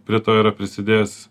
prie to yra prisidės